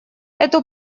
эту